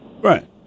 Right